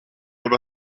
über